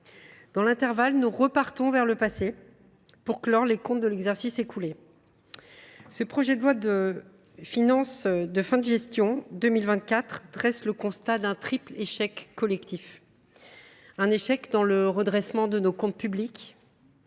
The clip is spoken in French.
Dans l’intervalle, nous repartons vers le passé, pour clore les comptes de l’exercice écoulé. Le projet de loi de finances de fin de gestion 2024 permet de dresser le constat d’un triple échec collectif : échec du redressement de nos comptes publics